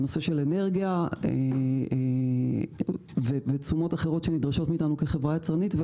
הנושא של אנרגיה ותשומות אחרות שנדרשות מאיתנו כחברה יצרנית.